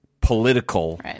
political